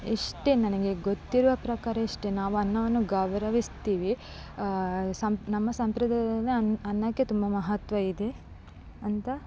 ಇಷ್ಟೇ ನನಗೆ ಗೊತ್ತಿರುವ ಪ್ರಕಾರ ಇಷ್ಟೇ ನಾವು ಅನ್ನವನ್ನು ಗೌರವಿಸ್ತೀವಿ ಸಮ ನಮ್ಮ ಸಂಪ್ರದಾಯ ಅನ್ನ ಅನ್ನಕ್ಕೆ ತುಂಬ ಮಹತ್ವ ಇದೆ ಅಂತ